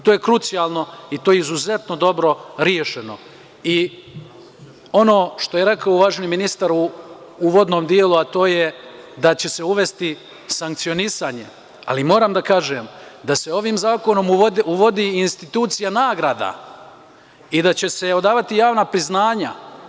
To je krucijalno i to je izuzetno dobro rešeno i ono što je rekao uvaženi ministar u uvodnom delu, a to je da će se uvesti sankcionisanje, ali moram da kažem da se ovim zakonom uvodi institucija nagrada i da će se odavati javna priznanja.